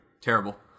Terrible